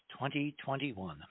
2021